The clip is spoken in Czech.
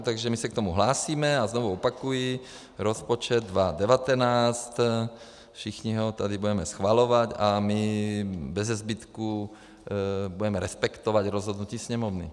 Takže my se k tomu hlásíme a znovu opakuji: rozpočet 2019, všichni ho tady budeme schvalovat a my bezezbytku budeme respektovat rozhodnutí Sněmovny.